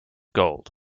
gold